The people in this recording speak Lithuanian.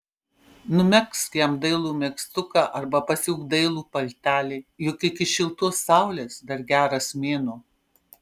numegzk jam dailų megztuką arba pasiūk dailų paltelį juk iki šiltos saulės dar geras mėnuo